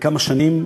לכמה שנים,